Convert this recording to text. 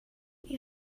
این